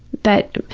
that,